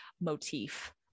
motif